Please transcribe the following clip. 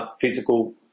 physical